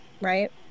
right